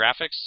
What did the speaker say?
graphics